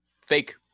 Fake